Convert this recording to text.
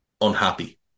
unhappy